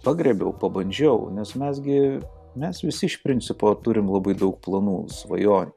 pagriebiau pabandžiau nes mes gi mes visi iš principo turim labai daug planų svajonių